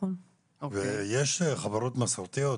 ויש חברות מסורתיות,